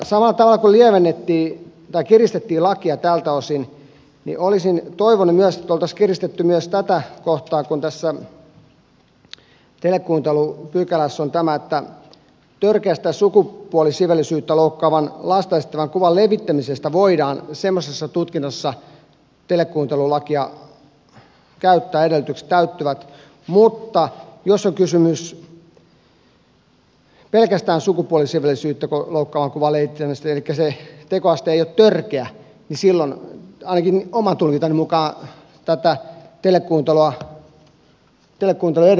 samalla tavalla kun kiristettiin lakia tältä osin olisin toivonut myös että olisi kiristetty myös tätä kohtaa kun tässä telekuuntelupykälässä on tämä että törkeästä sukupuolisiveellisyyttä loukkaavan lasta esittävän kuvan levittämisestä voidaan semmoisessa tutkinnassa telekuuntelulakia käyttää edellytykset täyttyvät mutta jos on kysymys pelkästään sukupuolisiveellisyyttä loukkaavan kuvan levittämisestä elikkä se tekoaste ei ole törkeä niin silloin ainakin oman tulkintani mukaan telekuuntelun edellytykset eivät täyty